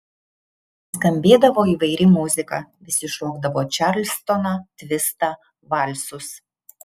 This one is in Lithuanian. skambėdavo įvairi muzika visi šokdavo čarlstoną tvistą valsus